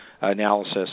analysis